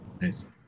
Nice